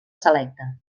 selecte